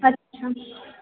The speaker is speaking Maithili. अच्छा